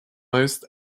most